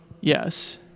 Yes